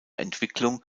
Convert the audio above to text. entwicklung